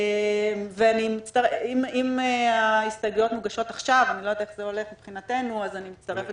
אם ההסתייגויות מוגשות עכשיו אני מצטרפת